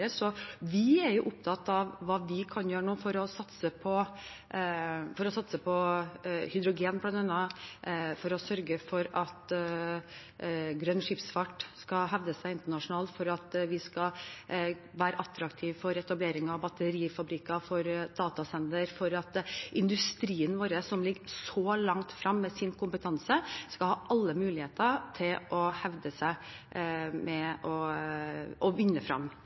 Vi er opptatt av hva vi kan gjøre nå for å satse på bl.a. hydrogen for å sørge for at grønn skipsfart skal hevde seg internasjonalt, for at vi skal være attraktive for etablering av batterifabrikker og datasenter, og for at industrien vår – som ligger så langt fremme med sin kompetanse – skal ha alle muligheter til å hevde seg og vinne frem med å